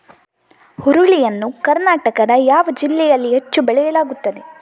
ಹುರುಳಿ ಯನ್ನು ಕರ್ನಾಟಕದ ಯಾವ ಜಿಲ್ಲೆಯಲ್ಲಿ ಹೆಚ್ಚು ಬೆಳೆಯಲಾಗುತ್ತದೆ?